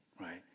right